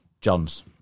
Johns